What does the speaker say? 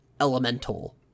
elemental